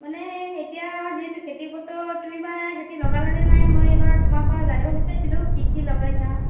মানে এতিয়া যিহেতু খেতিৰ বতৰ তুমি এইবাৰ খেতি লগালা নে নাই মই এইবাৰ তোমাৰ পৰা জানিব বিচাৰিছিলোঁ কি কি লগাইছা